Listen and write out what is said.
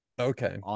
Okay